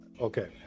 Okay